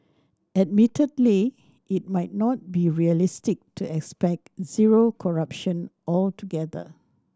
admittedly it might not be realistic to expect zero corruption altogether